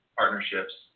partnerships